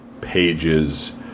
pages